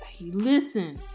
listen